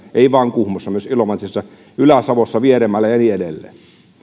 ei vain kuhmossa myös ilomantsissa ylä savossa vieremällä ja niin edelleen